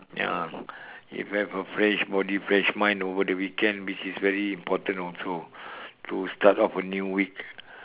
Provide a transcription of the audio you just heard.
ya if have a fresh body fresh mind over the weekend this is very important also to start off a new week